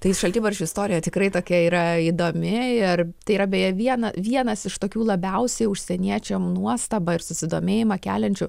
tai šaltibarščių istorija tikrai tokia yra įdomi ir tai yra beje vienas iš tokių labiausiai užsieniečiam nuostabą ir susidomėjimą keliančių